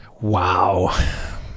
Wow